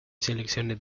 selecciones